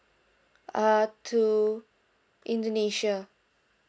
err to indonesia